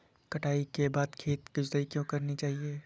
कटाई के बाद खेत की जुताई क्यो करनी चाहिए?